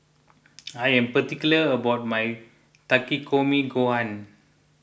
I am particular about my Takikomi Gohan